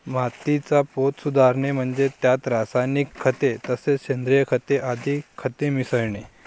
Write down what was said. मातीचा पोत सुधारणे म्हणजे त्यात रासायनिक खते तसेच सेंद्रिय खते आदी खते मिसळणे